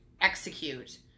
execute